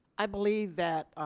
i believe that